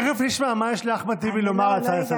תכף נשמע מה יש לאחמד טיבי לומר בהצעה לסדר-היום.